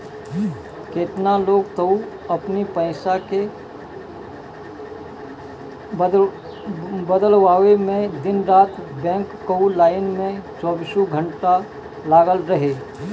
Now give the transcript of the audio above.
केतना लोग तअ अपनी पईसा के बदलवावे में दिन रात बैंक कअ लाइन में चौबीसों घंटा लागल रहे